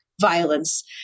violence